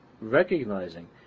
recognizing